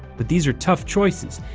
but these are tough choices,